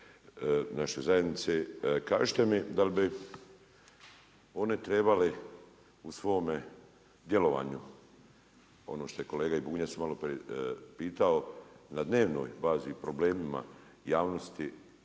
naše zajednice. Kažete mi, dal bi one trebale u svome djelovanju, ono što je i kolega Bunjac maloprije pitao, na dnevnoj bazi problemima javnosti